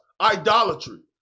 Idolatry